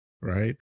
Right